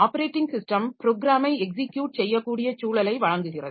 operating system ப்ரோக்ராமை execute செய்யக்கூடிய சூழலை வழங்குகிறது